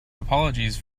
apologies